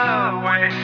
away